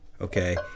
okay